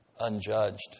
unjudged